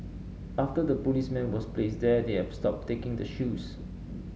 after the policeman was placed there they've stopped taking the shoes